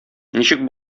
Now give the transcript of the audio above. ничек